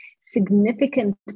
significant